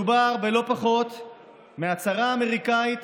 מדובר בלא פחות מהצהרה אמריקאית